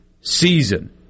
season